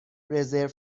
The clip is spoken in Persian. رزرو